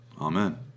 Amen